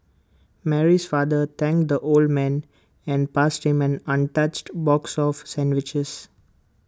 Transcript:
Mary's father thanked the old man and passed him an untouched box of sandwiches